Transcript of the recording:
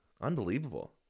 Unbelievable